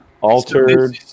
altered